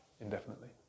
indefinitely